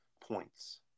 points